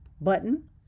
button